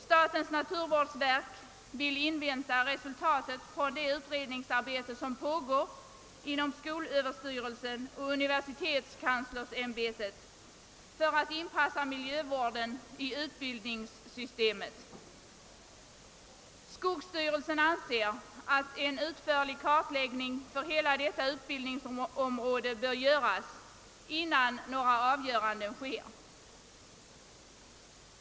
Statens naturvårdsverk vill invänta resultatet från det utredningsarbete som pågår inom skolöverstyrelsen och universitetskanslersämbetet för att inpassa miljövården i utbildningssystemet. Skogsstyrelsen anser att en utförlig kartläggning för hela detta utbildningsområde bör göras innan några avgö randen sker.